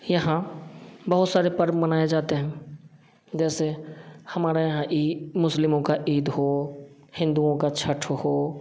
यहाँ बहुत सारे पर्व मनाए जाते हैं जैसे हमारे यहाँ ईद मुस्लिमों की ईद हो हिंदुओं का छठ हो